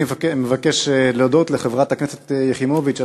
אני מבקש להודות לחברת הכנסת יחימוביץ על